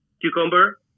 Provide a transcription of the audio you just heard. Cucumber